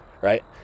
right